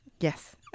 Yes